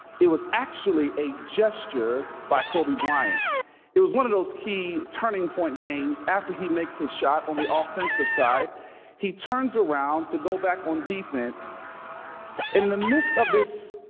it was actually a gesture by kobe bryant it was one of those key turning point games after he makes his shot on the offensive side he turns around to go back on defense in the midst of this